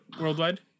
worldwide